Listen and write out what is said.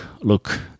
look